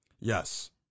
Yes